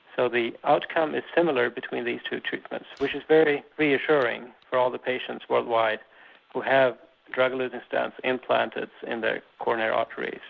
so the outcome is similar between these two treatments which is very reassuring for all the patients worldwide who have drug-eluting stents implanted in their coronary arteries.